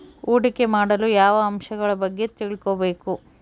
ಹೂಡಿಕೆ ಮಾಡಲು ಯಾವ ಅಂಶಗಳ ಬಗ್ಗೆ ತಿಳ್ಕೊಬೇಕು?